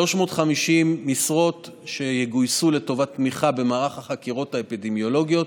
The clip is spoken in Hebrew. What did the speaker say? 350 משרות שיגויסו לטובת תמיכה במערך החקירות האפידמיולוגיות.